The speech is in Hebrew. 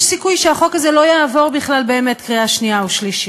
יש סיכוי שהחוק הזה לא יעבור בכלל קריאה שנייה ושלישית,